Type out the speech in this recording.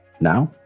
Now